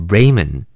Raymond